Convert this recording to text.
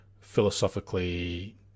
philosophically